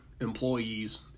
employees